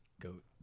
Goat